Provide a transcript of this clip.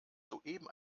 soeben